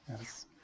Yes